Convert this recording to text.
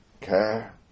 care